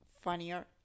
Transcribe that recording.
funnier